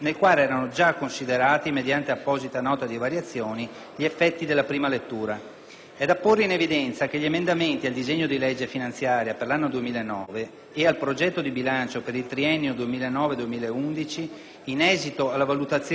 È da porre in evidenza che gli emendamenti al disegno di legge finanziaria per l'anno 2009 e al progetto di bilancio per il triennio 2009-2011, in esito alla valutazione degli effetti finanziari dai medesimi determinati, riflessi nella presente Nota di variazioni,